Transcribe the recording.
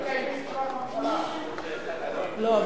לא,